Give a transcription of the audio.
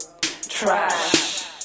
Trash